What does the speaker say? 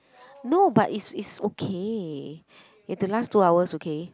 no but is is okay we have to last two hours okay